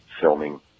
filming